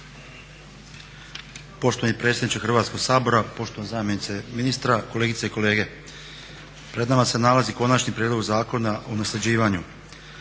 Poštovani predsjedniče Hrvatskoga sabora, poštovana zamjenice ministra, kolegice i kolege. Pred nama se nalazi Konačni prijedlog Zakona o nasljeđivanju.